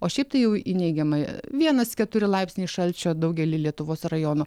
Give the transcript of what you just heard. o šiaip tai jau į neigiamą vienas keturi laipsniai šalčio daugely lietuvos rajonų